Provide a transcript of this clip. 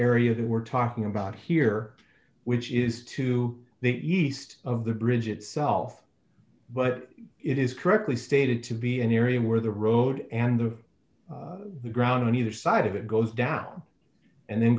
area that we're talking about here which is to the east of the bridge itself but it is correctly stated to be an area where the road and the ground on either side of it goes down and then